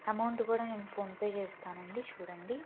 amount కూడా నేను PhonePe చేస్తానండి చూడండి